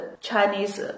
Chinese